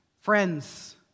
Friends